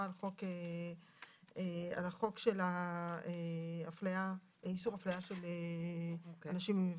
על החוק של איסור אפליה של אנשים עם עיוורון.